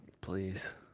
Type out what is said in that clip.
Please